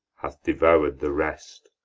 hath devour'd the rest,